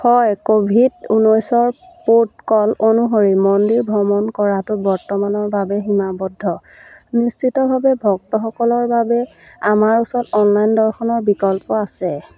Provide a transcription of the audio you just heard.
হয় কোভিড ঊনৈছৰ প্ৰোট'কল অনুসৰি মন্দিৰ ভ্ৰমণ কৰাটো বৰ্তমানৰ বাবে সীমাবদ্ধ নিশ্চিতভাৱে ভক্তসকলৰ বাবে আমাৰ ওচৰত অনলাইন দৰ্শনৰ বিকল্প আছে